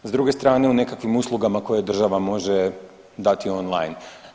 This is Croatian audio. S druge strane u nekakvim uslugama koje država može dati on line.